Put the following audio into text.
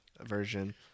version